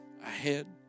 ahead